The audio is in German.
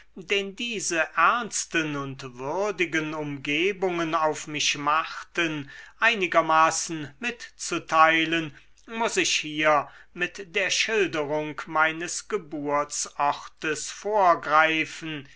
den diese ernsten und würdigen umgebungen auf mich machten einigermaßen mitzuteilen muß ich hier mit der schilderung meines geburtsortes vorgreifen